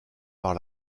par